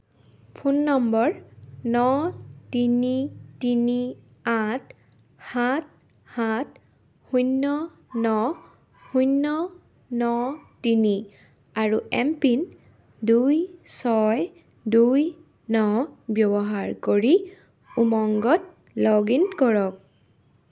phone নম্বৰ ন তিনি তিনি আঠ সাত সাত শূন্য ন শূন্য ন তিনি আৰু এমপিন দুই ছয় দুই ন ব্যৱহাৰ কৰি উমংগত লগ ইন কৰক